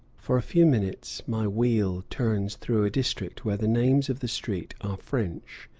for a few minutes my wheel turns through a district where the names of the streets are french,